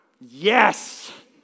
Yes